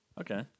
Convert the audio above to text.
Okay